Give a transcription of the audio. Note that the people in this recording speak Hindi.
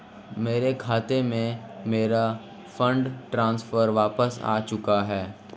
मेरे खाते में, मेरा फंड ट्रांसफर वापस आ चुका है